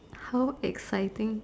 how exciting